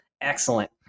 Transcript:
Excellent